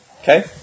Okay